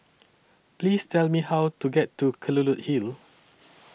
Please Tell Me How to get to Kelulut Hill